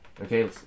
Okay